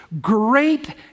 great